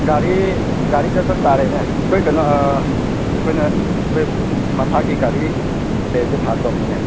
ꯒꯥꯔꯤ ꯒꯥꯔꯤꯗ ꯆꯠꯇꯥꯔꯦꯅꯦ ꯑꯩꯈꯣꯏ ꯀꯩꯅꯣ ꯑꯩꯈꯣꯏꯅ ꯑꯩꯈꯣꯏ ꯃꯁꯥꯒꯤ ꯒꯥꯔꯤ ꯂꯩꯔꯗꯤ ꯐꯒꯗꯕꯅꯤꯅꯦ